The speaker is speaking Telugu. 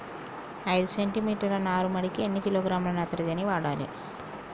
ఐదు సెంటి మీటర్ల నారుమడికి ఎన్ని కిలోగ్రాముల నత్రజని వాడాలి?